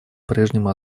прежнему